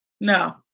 no